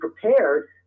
prepared